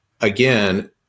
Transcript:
again